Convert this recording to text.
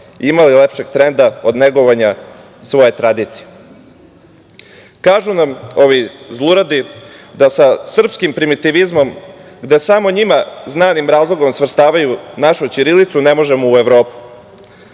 Ima li lepšeg trenda od negovanja svoje tradicije. Kažu nam ovi zluradi da sa srpskim primitivizmom, gde samo njima znanim razlogom svrstavaju našu ćirilicu, ne možemo u Evropu.